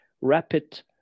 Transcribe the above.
rapid